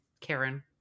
karen